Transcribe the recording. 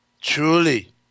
truly